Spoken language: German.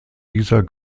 dieser